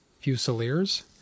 Fusiliers